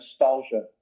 nostalgia